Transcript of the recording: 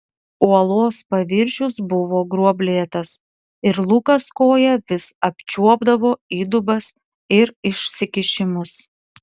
uolos paviršius buvo gruoblėtas ir lukas koja vis apčiuopdavo įdubas ir išsikišimus